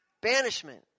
Banishment